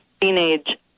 teenage